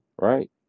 Right